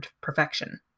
perfection